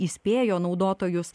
įspėjo naudotojus